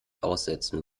aussetzen